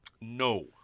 No